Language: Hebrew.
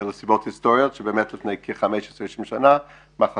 זה מסיבות היסטוריות שבאמת לפני כ-20-15 שנה המחלקה